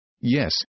Yes